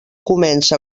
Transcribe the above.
comença